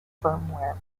firmware